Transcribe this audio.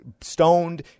stoned